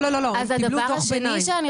לא, הם קיבלו דוח ביניים.